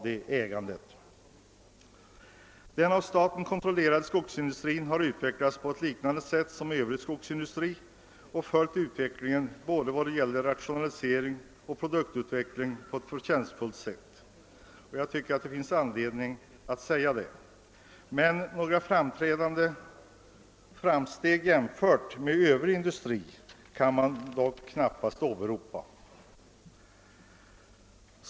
Den av staten kontrollerade skogsindustrin har utvecklats på liknande sätt som övrig skogsindustri både vad gäller rationalisering och produktutveckling. Jag tycker det finns anledning att säga att detta skett på ett förtjänstfullt sätt. Men några framsteg jämfört med den övriga industrin kan knappast åberopas.